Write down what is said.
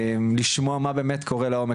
לשמוע מה באמת קורה לעומק,